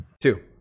Two